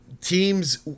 Teams